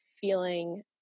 feeling